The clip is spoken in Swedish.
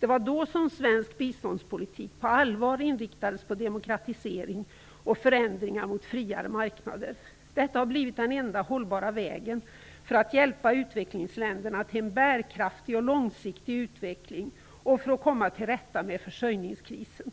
Det var då som svensk biståndspolitik på allvar inriktades på demokratisering och förändringar mot friare marknader. Detta har blivit den enda hållbara vägen för att hjälpa utvecklingsländerna till en bärkraftig och långsiktig utveckling och för att komma till rätta med försörjningskrisen.